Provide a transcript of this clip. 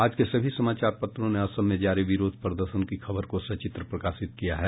आज के सभी समाचार पत्रों ने असम में जारी विरोध प्रदर्शन की खबर को सचित्र प्रकाशित किया है